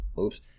oops